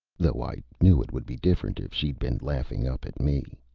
though i knew it would be different if she'd been laughing up at me.